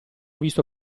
visto